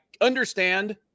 understand